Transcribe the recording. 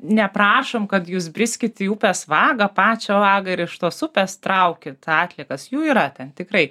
neprašom kad jūs briskit į upės vagą pačią vagą ir iš tos upės trauki atliekas jų yra ten tikrai